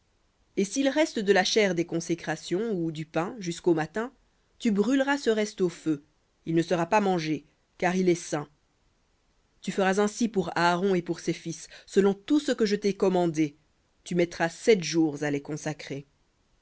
et s'il reste de la chair des consécrations ou du pain jusqu'au matin tu brûleras ce reste au feu il ne sera pas mangé car il est saint tu feras ainsi pour aaron et pour ses fils selon tout ce que je t'ai commandé tu mettras sept jours à les consacrer